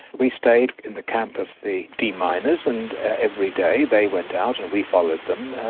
we stayed in the camp of the de-miners and every day they went out and we followed them,